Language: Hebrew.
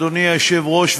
אדוני היושב-ראש.